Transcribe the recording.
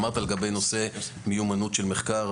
אמרת לגבי נושא מיומנות של מחקר,